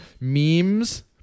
memes